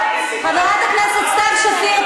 חברת הכנסת סתיו שפיר,